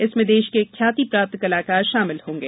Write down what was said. जिसमें देश के ख्याति प्राप्त कलाकार शामिल होंगे